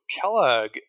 Kellogg